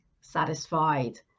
satisfied